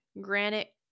granite